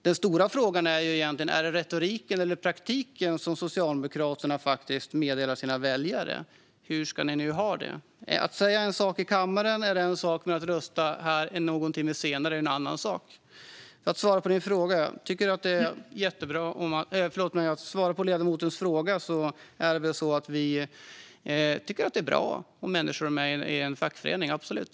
Den stora frågan är egentligen: Är det retoriken eller praktiken som Socialdemokraterna meddelar sina väljare? Hur ska ni ha det? Att säga en sak i kammaren är en sak, men att rösta någon timme senare är en annan sak. För att svara på ledamotens fråga tycker vi att det är bra om människor är med i en fackförening - absolut.